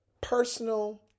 personal